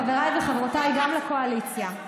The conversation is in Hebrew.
חבריי וחברותיי גם בקואליציה,